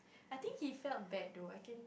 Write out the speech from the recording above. I think he felt bad though I can